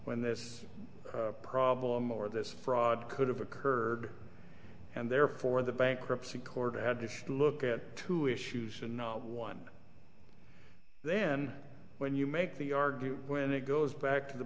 when this problem or this fraud could have occurred and therefore the bankruptcy court had to look at two issues and not one then when you make the argument when it goes back to the